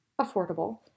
affordable